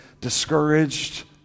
discouraged